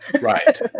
right